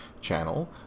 channel